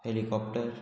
helicopter